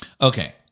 okay